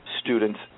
students